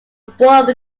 board